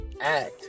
act